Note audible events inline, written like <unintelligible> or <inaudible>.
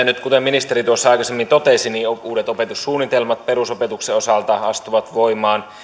<unintelligible> nyt kuten ministeri tuossa aikaisemmin totesi uudet opetussuunnitelmat perusopetuksen osalta astuvat voimaan